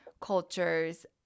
cultures